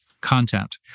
content